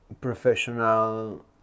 professional